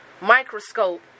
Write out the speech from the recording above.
microscope